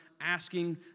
asking